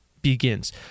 begins